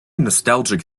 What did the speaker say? nostalgic